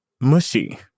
mushy